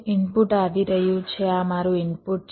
input આવી રહ્યું છે આ મારું ઇનપુટ છે